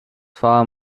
far